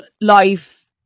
Life